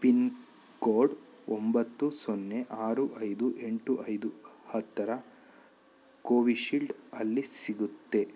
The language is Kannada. ಪಿನ್ ಕೋಡ್ ಒಂಬತ್ತು ಸೊನ್ನೆ ಆರು ಐದು ಎಂಟು ಐದು ಹತ್ತಿರ ಕೋವಿಶೀಲ್ಡ್ ಅಲ್ಲಿ ಸಿಗುತ್ತೆ